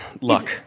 Luck